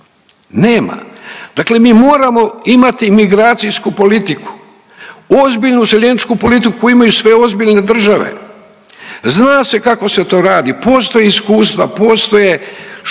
nema. Dakle, mi moramo imati migracijsku politiku, ozbiljnu useljeničku politiku imaju sve ozbiljne države, zna se kako se to radi, postoje iskustva, postoje štogod